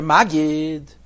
Magid